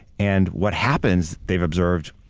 and what happens they've observed,